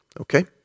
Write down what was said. okay